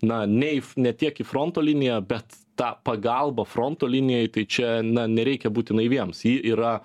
na nei f ne tiek į fronto liniją bet tą pagalbą fronto linijai tai čia na nereikia būti naiviems ji yra